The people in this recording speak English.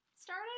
started